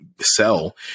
sell